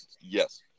Yes